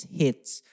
hits